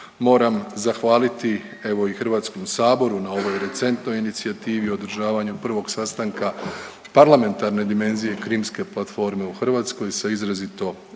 moram zahvaliti evo i Hrvatskom saboru na ovoj recentnoj inicijativi održavanju 1. sastanka parlamentarne dimenzije Krimske platforme u Hrvatskoj sa izrazito visokom